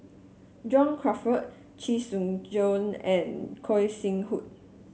John Crawfurd Chee Soon Juan and Gog Sing Hooi